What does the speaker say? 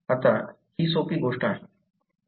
आता ही सोपी गोष्ट आहे